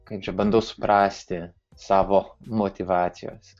kaip čia bandau suprasti savo motyvacijas